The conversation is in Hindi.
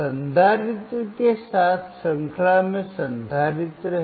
संधारित्र के साथ श्रृंखला में संधारित्र है